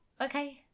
Okay